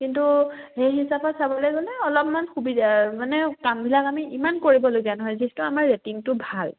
কিন্তু সেই হিচাপত চাবলে গ'লে অলপমান সুবিধা মানে কামবিলাক আমি ইমান কৰিবলগীয়া নহয় যিহেতু আমাৰ ৰেটিংটো ভাল